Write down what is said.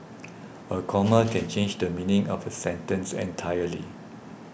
a comma can change the meaning of a sentence entirely